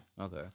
Okay